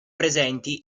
presenti